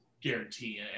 guarantee